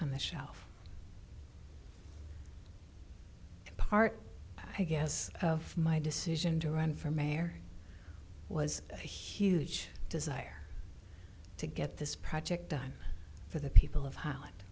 on the shelf part i guess of my decision to run for mayor was a huge desire to get this project done for the people of holland